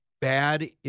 bad